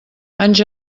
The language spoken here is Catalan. anys